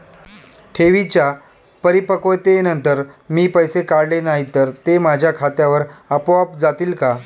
ठेवींच्या परिपक्वतेनंतर मी पैसे काढले नाही तर ते माझ्या खात्यावर आपोआप जातील का?